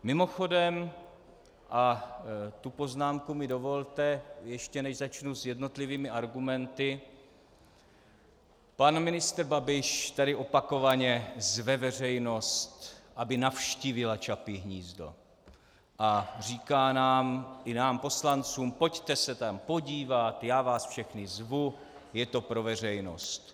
Mimochodem, a tu poznámku mi dovolte, ještě než začnu s jednotlivými argumenty, pan ministr Babiš tady opakovaně zve veřejnost, aby navštívila Čapí hnízdo, a říká nám, i nám poslancům, pojďte se tam podívat, já vás všechny zvu, je to pro veřejnost.